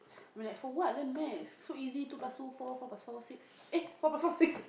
like for what learn maths so easy two plus two four four plus four six eh four plus four six